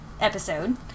episode